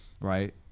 Right